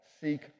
seek